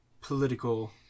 political